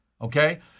okay